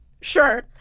Sure